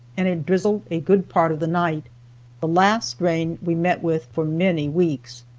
and it drizzled a good part of the night the last rain we met with for many weeks.